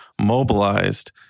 mobilized